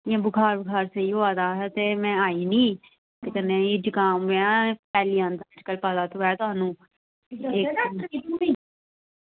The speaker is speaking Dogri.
इंया बुखार सेही होआ दा हा ते में आई निं ते कन्नै एह् जुकाम निहा फैली जंदा